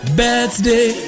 birthday